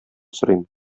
сорыйм